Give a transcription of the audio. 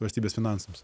valstybės finansams